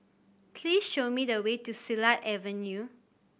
please show me the way to Silat Avenue